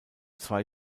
zwei